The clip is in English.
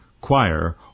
choir